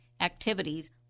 activities